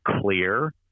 clear